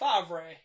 Favre